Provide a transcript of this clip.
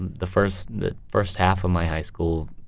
the first the first half of my high school,